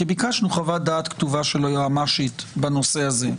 כי ביקשנו חוות דעת כתובה של היועצת המשפטית בנושא הזה.